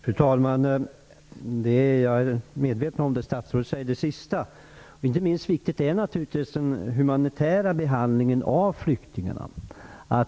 Fru talman! Jag är medveten om det sista som statsrådet sade. Den humanitära behandlingen av flyktingarna är naturligtvis viktig.